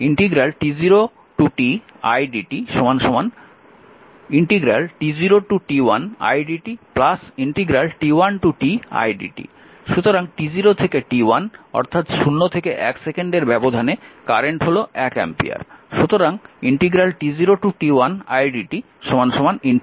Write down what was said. সুতরাং t0 থেকে t1 অর্থাৎ 0 থেকে 1 সেকেন্ডের ব্যবধানে কারেন্ট হল 1 অ্যাম্পিয়ার